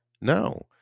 No